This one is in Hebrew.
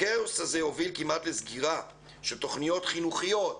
הכאוס הזה הוביל כמעט לסגירה של תכניות חינוכיות,